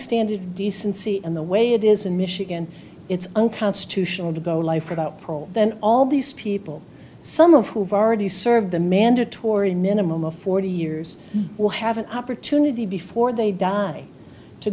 standards of decency and the way it is in michigan it's unconstitutional to go life without parole then all these people some of who've already served the mandatory minimum of forty years will have an opportunity before they die to